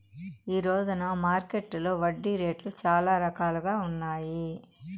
ఈ రోజున మార్కెట్టులో వడ్డీ రేట్లు చాలా రకాలుగా ఉన్నాయి